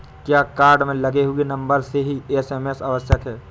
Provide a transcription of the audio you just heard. क्या कार्ड में लगे हुए नंबर से ही एस.एम.एस आवश्यक है?